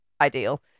ideal